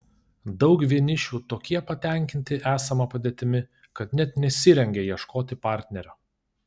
daug vienišių tokie patenkinti esama padėtimi kad net nesirengia ieškoti partnerio